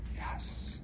Yes